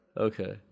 Okay